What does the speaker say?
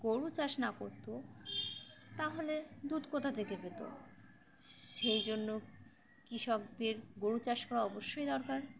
গরু চাষ না করতো তাহলে দুধ কোথা থেকে পেতো সেই জন্য কৃষকদের গরু চাষ করা অবশ্যই দরকার